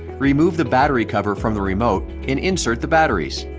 remove the battery cover from the remote and insert the batteries.